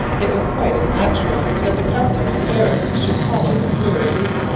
it was quite as natural that the custom of paris should follow the fleurs-de-lis.